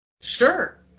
Sure